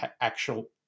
actual